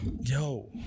Yo